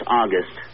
august